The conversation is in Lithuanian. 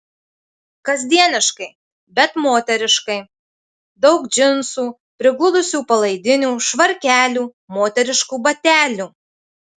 kasdieniškai bet moteriškai daug džinsų prigludusių palaidinių švarkelių moteriškų batelių